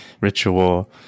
ritual